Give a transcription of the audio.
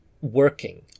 working